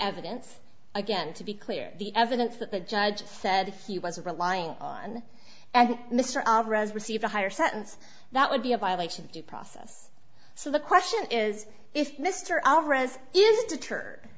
evidence again to be clear the evidence that the judge said he was relying on and mr alvarez received a higher sentence that would be a violation of due process so the question is if mr alvarez is deterred